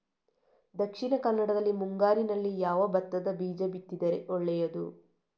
ದಕ್ಷಿಣ ಕನ್ನಡದಲ್ಲಿ ಮುಂಗಾರಿನಲ್ಲಿ ಯಾವ ಭತ್ತದ ಬೀಜ ಬಿತ್ತಿದರೆ ಒಳ್ಳೆಯದು?